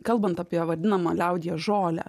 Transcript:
kalbant apie vadinamą liaudyje žolę